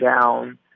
down